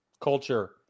Culture